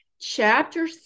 chapter